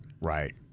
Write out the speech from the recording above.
Right